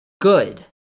good